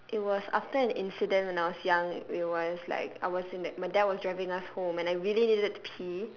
it was after an incident when I was young it was like I was in like my dad was driving us home and I really needed to pee